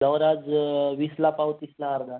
flower आज वीसला पाव तीसला अर्धा